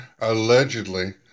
allegedly